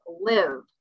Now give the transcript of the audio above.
live